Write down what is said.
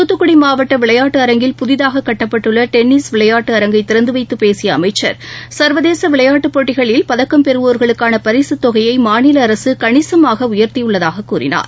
தூத்துக்குடி மாவட்ட விளையாட்டு அரங்கில் புதிதாக கட்டப்பட்டுள்ள டென்னிஸ் விளையாட்டு அரங்கை திறந்து வைத்து பேசிய அமைச்சர் சர்வதேச விளையாட்டுப் போட்டிகளில் பதக்கம் பெறுவோர்களுக்கான பரிக தொகையை மாநில அரசு கணிசமாக உயர்த்தியுள்ளதாக கூறினார்